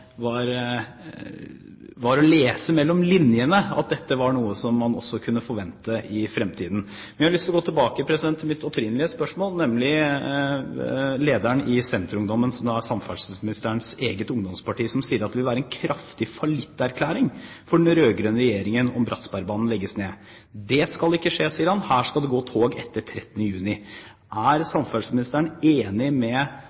var å lese mellom linjene at dette var noe som man også kunne forvente i fremtiden. Jeg har lyst til å gå tilbake til mitt opprinnelige spørsmål, nemlig til Senterungdommen, som da er samferdselsministerens eget ungdomsparti, og lederen som sier at det vil være en kraftig fallitterklæring for den rød-grønne regjeringen om Bratsbergbanen legges ned. Det skal ikke skje, sier han, her skal det gå tog etter 13. juni. Er samferdselsministeren enig med